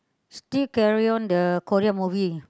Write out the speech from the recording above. still carry on the Korean movie